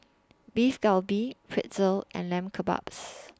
Beef Galbi Pretzel and Lamb Kebabs